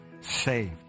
saved